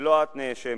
ולא את נאשמת,